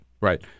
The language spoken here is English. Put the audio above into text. Right